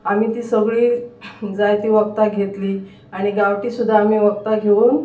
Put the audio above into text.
आमी ती सगळी जायतीं वखदां घेतली आनी गांवठी सुद्दां आमी वखदां घेवन